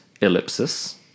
ellipsis